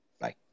Bye